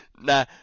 Nah